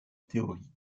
théorie